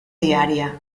diaria